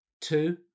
Two